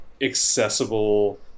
accessible